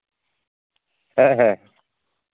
ᱦᱮᱸ ᱦᱮᱸ